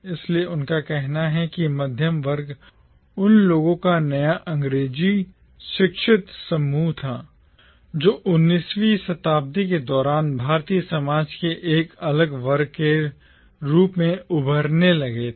इसलिए उनका कहना है कि मध्यम वर्ग उन लोगों का नया अंग्रेजी शिक्षित समूह था जो 19 वीं शताब्दी के दौरान भारतीय समाज के एक अलग वर्ग के रूप में उभरने लगे थे